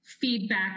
feedback